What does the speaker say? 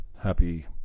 happy